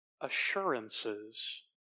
assurances